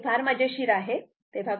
हे फार मजेशीर आहे